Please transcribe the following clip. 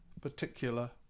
particular